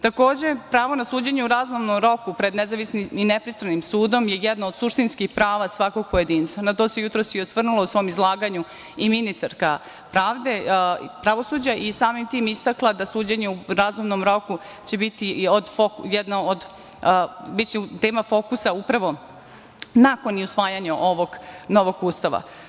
Takođe, pravo na suđenje u razumnom roku pred nezavisnim i nepristrasnim sudom je jedno od suštinskih prava svakog pojedinca, a na to se jutros i osvrnula u svom izlaganju i ministarka pravosuđa i samim tim istakla da suđenje u razumnom roku će biće tema fokusa upravo nakon usvajanja ovog novog Ustava.